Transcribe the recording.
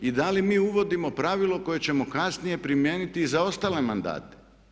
I da li mi uvodimo pravilo koje ćemo kasnije primijeniti i za ostale mandate?